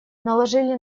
наложили